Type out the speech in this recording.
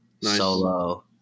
solo